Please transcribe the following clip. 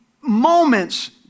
moments